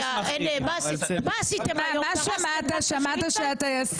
(הישיבה נפסקה בשעה 11:07